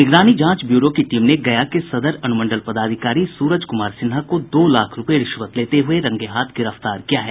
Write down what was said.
निगरानी जांच ब्यूरो की टीम ने गया के सदर अनुमंडल पदाधिकारी सूरज कुमार सिन्हा को दो लाख रुपये रिश्वत लेते हुये रंगेहाथ गिरफ्तार किया है